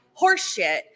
horseshit